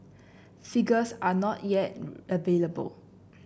figures are not yet available